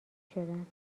شدند